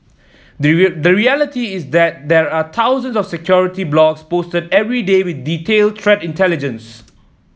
the the reality is that there are thousands of security blogs posted every day with detailed threat intelligence